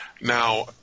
Now